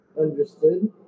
understood